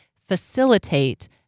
facilitate